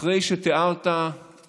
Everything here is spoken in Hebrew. אחרי שתיארת את